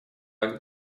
акт